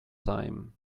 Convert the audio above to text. time